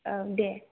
औ दे